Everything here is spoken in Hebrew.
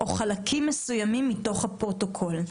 או חלקים מסוימים מתוך הפרוטוקול.